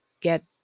get